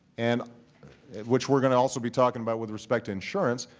and which we're going to also be talking about with respect to insurance,